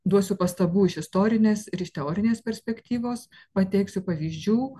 duosiu pastabų iš istorinės ir iš teorinės perspektyvos pateiksiu pavyzdžių